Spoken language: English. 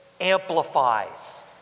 amplifies